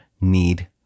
need